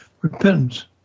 repentance